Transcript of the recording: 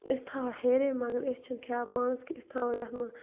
أسۍ تھاوو ہیٚرے مگر أسۍ چھِنہٕ کھٮ۪وان پانَس کہِ أسۍ تھاوو یَتھ مہ